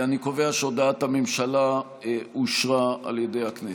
אני קובע שהודעת הממשלה אושרה על ידי הכנסת.